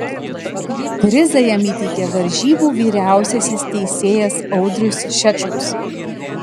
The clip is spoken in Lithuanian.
prizą jam įteikė varžybų vyriausiasis teisėjas audrius šečkus